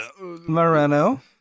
Moreno